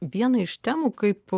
viena iš temų kaip